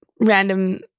random